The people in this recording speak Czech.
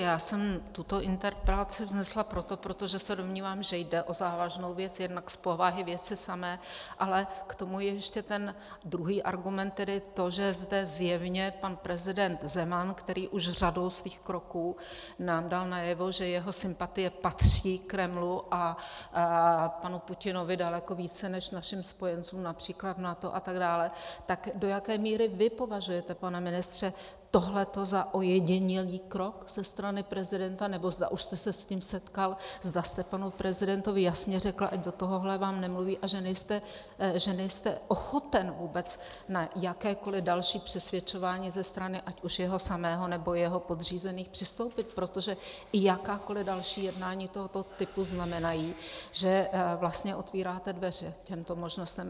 Já jsem tuto interpelaci vznesla proto, protože se domnívám, že jde o závažnou věc jednak z povahy věci samé, ale k tomu ještě ten druhý argument, tedy to, že zde zjevně pan prezident Zeman, který už řadou svých kroků nám dal najevo, že jeho sympatie patří Kremlu a panu Putinovi daleko více než našim spojencům, například NATO atd., tak do jaké míry vy považujete, pane ministře, tohle to za ojedinělý krok ze strany prezidenta, nebo zda už jste se s ním setkal, zda jste panu prezidentovi jasně řekl, ať do tohoto vám nemluví a že nejste ochoten vůbec na jakékoliv další přesvědčování ze strany ať už jeho samého, nebo jeho podřízených přistoupit, protože i jakákoliv další jednání tohoto typu znamenají, že vlastně otvíráte dveře těmto možnostem.